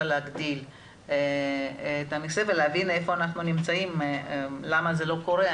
להגדיל את המכסות ולהבין איפה אנחנו נמצאים ולמה זה לא קורה.